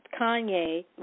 Kanye